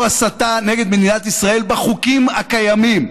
הסתה נגד מדינת ישראל בחוקים הקיימים.